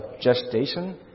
gestation